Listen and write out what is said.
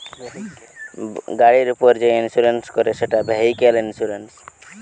গাড়ির উপর যে ইন্সুরেন্স করে সেটা ভেহিক্যাল ইন্সুরেন্স